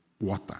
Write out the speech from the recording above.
water